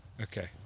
Okay